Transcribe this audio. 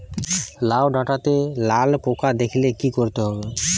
লাউ ডাটাতে লাল পোকা দেখালে কি করতে হবে?